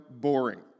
boring